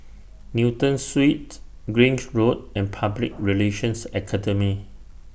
Newton Suites Grange Road and Public Relations Academy